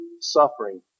suffering